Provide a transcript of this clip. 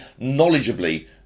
knowledgeably